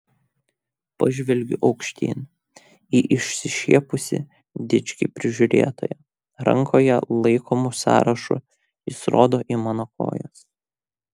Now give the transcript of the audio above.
pažvelgiu aukštyn į išsišiepusį dičkį prižiūrėtoją rankoje laikomu sąrašu jis rodo į mano kojas